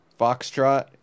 Foxtrot